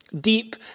deep